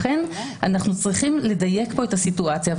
לכן אנחנו צריכים לדייק כאן את הסיטואציה.